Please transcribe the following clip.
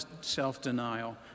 self-denial